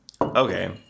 Okay